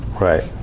right